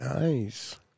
Nice